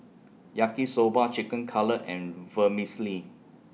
Yaki Soba Chicken Cutlet and Vermicelli